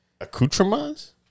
Accoutrements